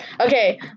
Okay